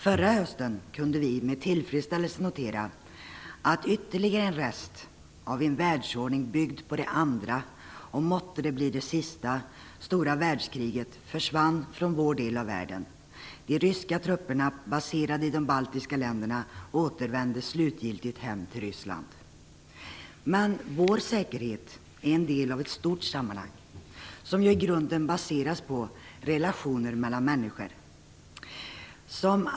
Förra hösten kunde vi med tillfredsställelse notera att ytterligare en rest av en världsordning byggd på det andra - och måtte det bli det sista - stora världskriget försvann från vår del av världen. De ryska trupperna baserade i de baltiska länderna återvände slutgiltigt hem till Ryssland. Men vår säkerhet är en del av ett stort sammanhang som i grunden baseras på relationer mellan människor.